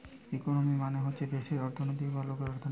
economy মানে হচ্ছে দেশের অর্থনৈতিক বা লোকের অর্থনীতি